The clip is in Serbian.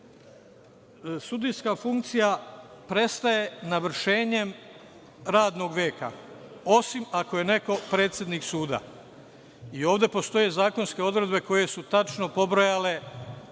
način. Sudijska funkcija prestaje navršenjem radnog veka, osim ako je neko predsednik suda. Ovde postoje zakonske odredbe koje su tačno pobrojale